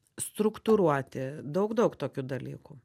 struktūruoti daug daug tokių dalykų